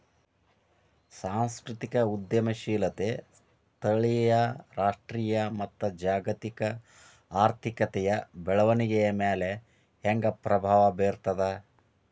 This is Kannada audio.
ಸಾಂಸ್ಕೃತಿಕ ಉದ್ಯಮಶೇಲತೆ ಸ್ಥಳೇಯ ರಾಷ್ಟ್ರೇಯ ಮತ್ತ ಜಾಗತಿಕ ಆರ್ಥಿಕತೆಯ ಬೆಳವಣಿಗೆಯ ಮ್ಯಾಲೆ ಹೆಂಗ ಪ್ರಭಾವ ಬೇರ್ತದ